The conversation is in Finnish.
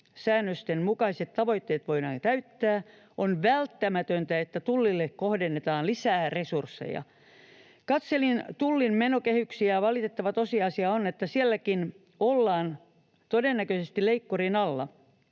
mukaiset tavoitteet voidaan täyttää, on välttämätöntä, että Tullille kohdennetaan lisää resursseja. Katselin Tullin menokehyksiä, ja valitettava tosiasia on, että sielläkin ollaan todennäköisesti leikkurin alla.